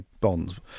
bonds